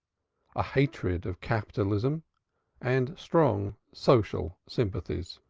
a hatred of capitalism and strong social sympathies.